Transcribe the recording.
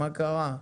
מה קרה?